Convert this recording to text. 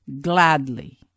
gladly